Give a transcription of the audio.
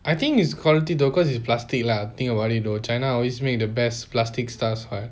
I think is quality though cause it's plastic lah think about it though china always make the best plastic stuff [what]